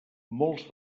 molts